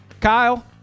Kyle